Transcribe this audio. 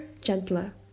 Gentler